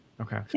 Okay